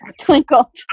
Twinkle